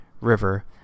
river